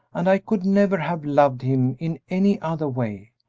and i could never have loved him in any other way,